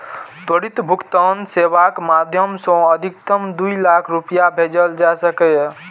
त्वरित भुगतान सेवाक माध्यम सं अधिकतम दू लाख रुपैया भेजल जा सकैए